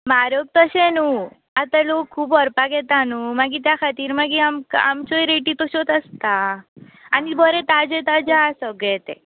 म्हारग तशें न्हू आतां लोक खूब व्हरपाक येता न्हू मागीर त्या खातीर मागीर आमकां आमच्योय रेटी तोश्योच आसता आनी बरें ताजें ताजें आ सगळें तें